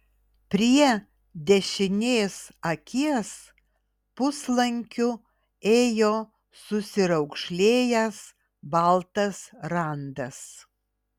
prie dešinės akies puslankiu ėjo susiraukšlėjęs baltas randas